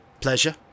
Pleasure